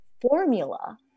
formula